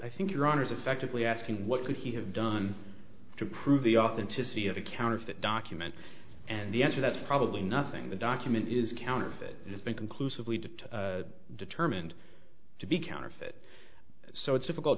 i think your honour's effectively asking what could he have done to prove the authenticity of a counterfeit document and the answer that's probably nothing the document is counterfeit has been conclusively dipped determined to be counterfeit so it's difficult